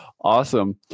Awesome